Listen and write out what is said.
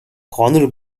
conor